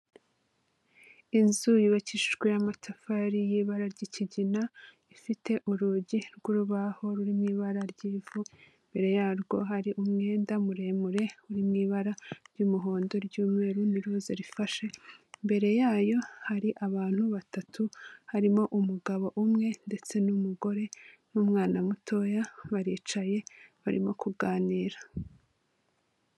Inzu yubakishijwe n'amatafari y'ibara ry'ikigina ifite urugi rw'urubaho ruri mw,ibara ry'ivu imbere yarwo hari umwenda muremure uriwi ibara ry'umuhondo ry'umweru niroza rifashe mbere yayo hari abantu batatu harimo umugabo umwe ndetse n'umugore n'umwana mutoya baricaye barimo kuganira.